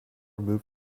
moved